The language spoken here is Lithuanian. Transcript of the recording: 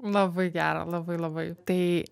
labai gera labai labai tai